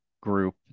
group